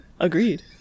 Agreed